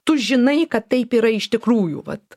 tu žinai kad taip yra iš tikrųjų vat